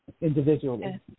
individually